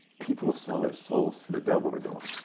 people sell their souls to the devil to go.